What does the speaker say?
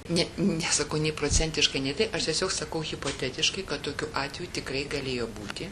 ne nesakau nei procentiškai ne taip aš tiesiog sakau hipotetiškai kad tokių atvejų tikrai galėjo būti